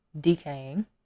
decaying